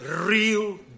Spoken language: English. real